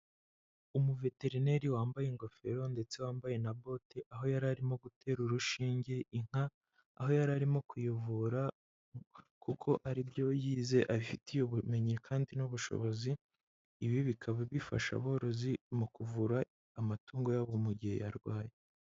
Umuveterineri wambaye ingofero ndetse wambaye na bote, aho yari arimo gute urushinge inka aho yari arimo kuyivura kuko ari byo yize abifitiye ubumenyi kandi n'ubushobozi, ibi bikaba bifasha aborozi mu kuvura amatungo yabo mu gihe yarwaye.